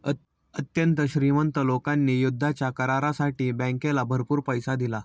अत्यंत श्रीमंत लोकांनी युद्धाच्या करारासाठी बँकेला भरपूर पैसा दिला